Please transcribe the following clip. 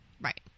Right